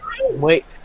wait